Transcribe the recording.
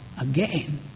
again